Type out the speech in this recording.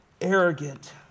arrogant